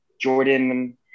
Jordan